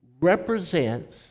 represents